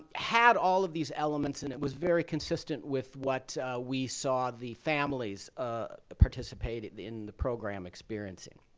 had all of these elements, and it was very consistent with what we saw the families ah participating in the program experiencing.